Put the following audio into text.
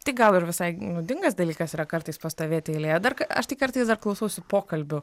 tik gal ir visai naudingas dalykas yra kartais pastovėti eilėje dar aš tai kartais dar klausausi pokalbių